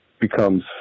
becomes